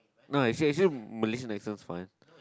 no actually actually Malaysian accent is fine